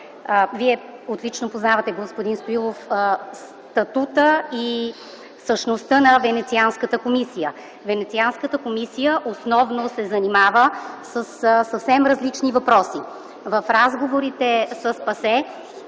Вие отлично познавате, господин Стоилов, статута и същността на Венецианската комисия. Венецианската комисия основно се занимава със съвсем различни въпроси. В разговорите с ПАСЕ